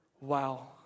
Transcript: wow